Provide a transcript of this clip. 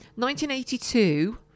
1982